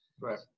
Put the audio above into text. Right